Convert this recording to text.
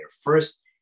First